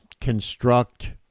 construct